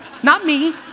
not me,